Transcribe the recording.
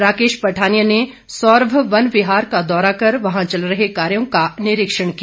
राकेश पठानिया ने सौरभ वन विहार का दौरा कर वहां चल रहे कार्यों का निरीक्षण किया